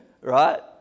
Right